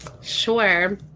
Sure